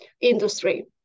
industry